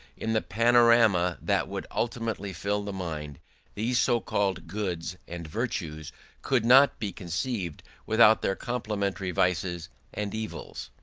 in the panorama that would ultimately fill the mind these so-called goods and virtues could not be conceived without their complementary vices and evils.